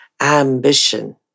Ambition